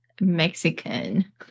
mexican